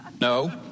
No